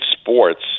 sports